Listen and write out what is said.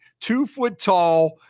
two-foot-tall